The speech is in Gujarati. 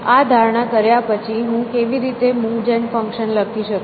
આ ધારણા કર્યા પછી હું કેવી રીતે મૂવ જેન ફંક્શન લખી શકું